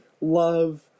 love